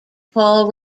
paul